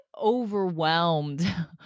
overwhelmed